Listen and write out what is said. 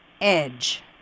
edge